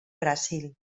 brasil